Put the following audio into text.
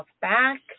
back